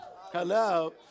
Hello